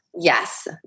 Yes